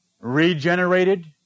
regenerated